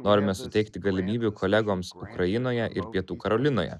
norime suteikti galimybių kolegoms ukrainoje ir pietų karolinoje